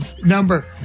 number